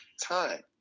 time